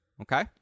okay